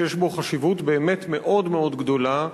שיש בו חשיבות באמת מאוד גדולה.